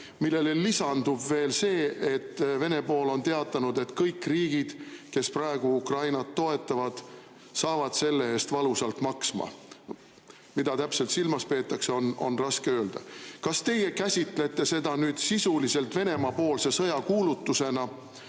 millele lisandub veel see, et Venemaa on teatanud, et kõik riigid, kes praegu Ukrainat toetavad, maksavad selle eest valusalt? Mida täpselt silmas peetakse, on raske öelda. Kas teie käsitlete seda sisuliselt Venemaa-poolse sõja kuulutamisena